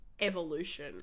evolution